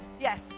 Yes